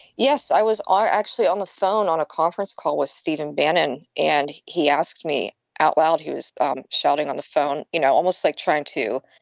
yes, i was. are actually on the phone on a conference call with stephen bannon. and he asked me out loud who's um shouting on the phone? you know, almost like trying to,